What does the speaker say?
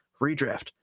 redraft